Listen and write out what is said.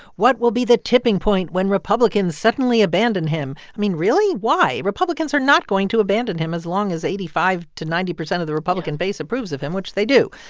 what will be the tipping point when republicans suddenly abandon him? i mean, really? why? republicans are not going to abandon him as long as eighty five to ninety percent of the republican base approves of him, which they do.